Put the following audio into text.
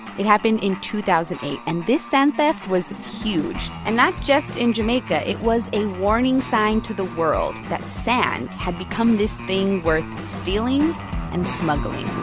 it happened in two thousand and eight. and this sand theft was huge, and, not just in jamaica. it was a warning sign to the world that sand had become this thing worth stealing and smuggling.